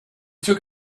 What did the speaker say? took